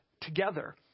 together